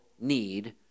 need